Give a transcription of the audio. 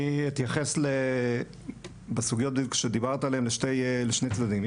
אני אתייחס בסוגיות שדיברת עליהם לשני צדדים.